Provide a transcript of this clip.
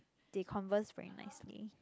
they converse very nicely